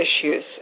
issues